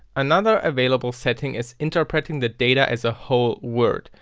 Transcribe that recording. another available setting is interpreting the data as whole words,